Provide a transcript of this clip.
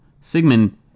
Sigmund